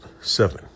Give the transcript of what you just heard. seven